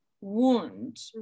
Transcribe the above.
wound